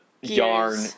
yarn